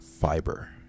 fiber